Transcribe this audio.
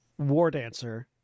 Wardancer